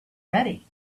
ready